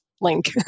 Link